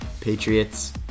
Patriots